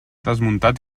desmuntat